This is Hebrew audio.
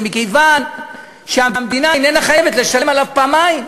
זה מכיוון שהמדינה איננה חייבת לשלם עליו פעמיים,